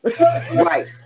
right